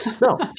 No